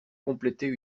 compléter